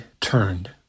turned